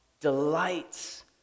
delights